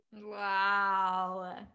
Wow